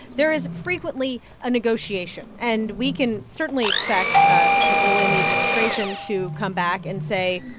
there is frequently a negotiation. and we can certainly expect people in the administration to come back and say,